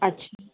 अच्छा